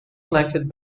elected